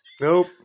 nope